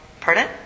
Pardon